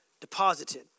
deposited